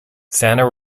santa